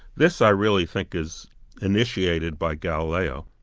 this i really think is initiated by galileo.